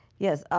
yes, ah